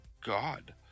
god